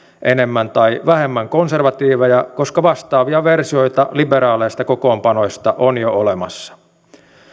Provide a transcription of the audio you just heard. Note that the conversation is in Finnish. enemmän tai vähemmän konservatiiveja koska vastaavia versioita liberaaleista kokoonpanoista on jo olemassa